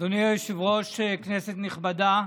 אדוני היושב-ראש, כנסת נכבדה,